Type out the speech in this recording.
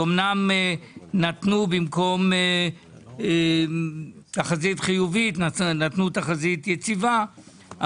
אמנם במקום תחזית חיובית נתנו תחזית יציבה,